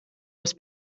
les